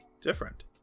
different